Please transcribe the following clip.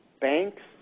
banks